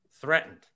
threatened